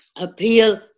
appeal